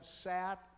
sat